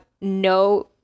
no